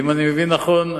ואם אני מבין נכון,